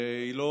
היא לא